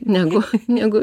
negu negu